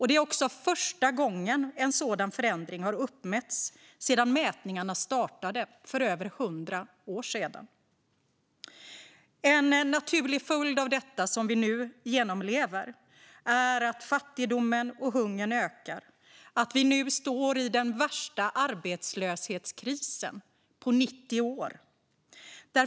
Det är också första gången en sådan förändring har uppmätts sedan mätningarna startade, för över hundra år sedan. En naturlig följd av detta, som vi nu genomlever, är att fattigdomen och hungern ökar, att vi nu står i den värsta arbetslöshetskrisen på 90 år.